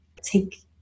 take